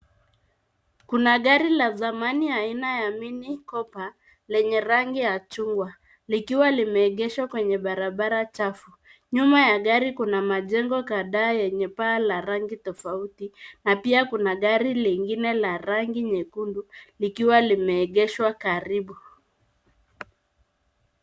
Kuna gari la zamani aina ya mini cooper lenye rangi ya chungwa, likiwa limeegeshwa kwenye barabara chafu. Nyuma ya gari kuna majengo kadhaa yenye paa la rangi tofauti na pia kuna gari lingine la rangi nyekundu likiwa limeegeshwa karibu.